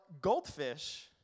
goldfish